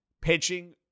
pitching